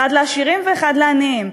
אחד לעשירים ואחד לעניים,